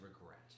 regret